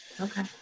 Okay